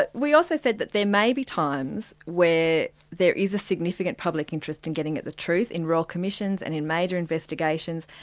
but we also said that there may be times where there is a significant public interest in getting at the truth in royal commissions and in major investigations,